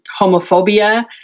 homophobia